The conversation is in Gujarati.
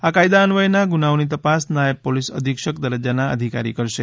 આ કાયદા અન્વયેના ગુનાઓની તપાસ નાયબ પોલીસ અધિક્ષક દરજ્જાના અધિકારી કરશે